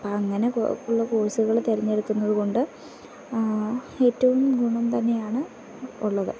അപ്പം അങ്ങനെ ഉള്ള കോഴ്സുകൾ തെരഞ്ഞെടുക്കുന്നത് കൊണ്ട് ഏറ്റവും ഗുണം തന്നെയാണ് ഉള്ളത്